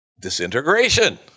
Disintegration